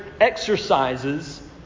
exercises